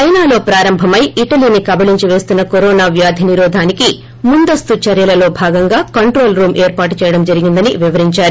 చైనాలో ప్రారంభమై ఇటలీని కబళించి పేస్తున్న కరోనా వ్యాధి నిరోదానికి ముందస్తు చర్యలలో భాగంగా కంట్రోల్ రూమ్ ఏర్పాటు చేయడం జరగిందని వివరించారు